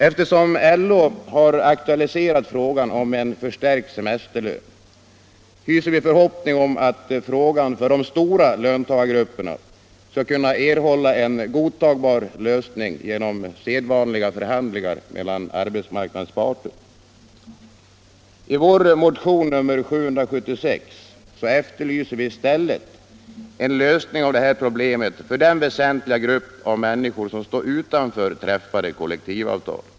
Eftersom LO har aktualiserat frågan om en förstärkt semesterlön, hyser vi förhoppning om att frågan för de stora löntagargrupperna skall kunna erhålla en godtagbar lösning genom sedvanliga förhandlingar mellan arbetsmarknadens parter. I vår motion nr 776 efterlyser vi i stället en lösning av detta problem för den väsentliga grupp av människor som står utanför träffade kollektivavtal.